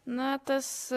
na tas